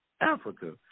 Africa